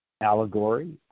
Allegory